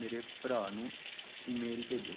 ਮੇਰੇ ਭਰਾ ਨੂੰ ਈਮੇਲ ਭੇਜੋ